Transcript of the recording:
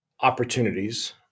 opportunities